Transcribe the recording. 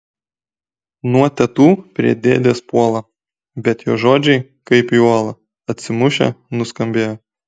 nuo tetų prie dėdės puola bet jo žodžiai kaip į uolą atsimušę nuskambėjo